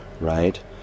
right